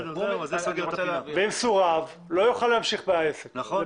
אם סורב, לא יוכל להמשיך בבקשה.